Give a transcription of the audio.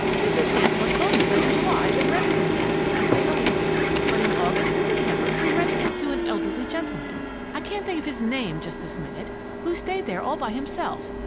mrs. danforth told me that in july the remsons had it, as they always do. but in august and september she rented it to an elderly gentleman i can't think of his name, just this minute who stayed there all by himself,